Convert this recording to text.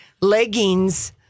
leggings